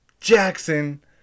Jackson